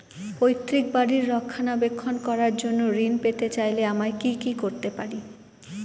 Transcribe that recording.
পৈত্রিক বাড়ির রক্ষণাবেক্ষণ করার জন্য ঋণ পেতে চাইলে আমায় কি কী করতে পারি?